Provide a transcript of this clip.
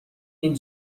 این